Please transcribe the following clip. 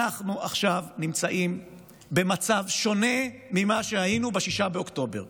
אנחנו עכשיו נמצאים במצב שונה ממה שהיינו ב-6 באוקטובר.